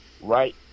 Right